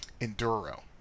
enduro